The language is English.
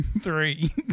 Three